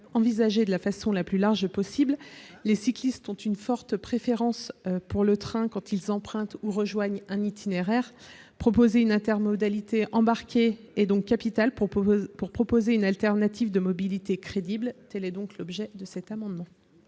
envisagée de la façon la plus large possible. Les cyclistes ont une forte préférence pour le train quand ils rejoignent un itinéraire ou en repartent. Une intermodalité embarquée est donc capitale pour proposer une alternative de mobilité crédible. Les trois amendements